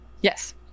Yes